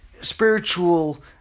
spiritual